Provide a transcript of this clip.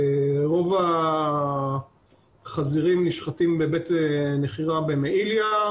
רוב החזירים נשחטים בבית מכירה במעיליא,